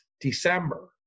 December